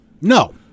no